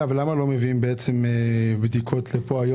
למה לא מביאים בדיקות לפה?